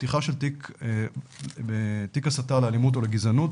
פתיחה של תיק הסתה לאלימות או לגזענות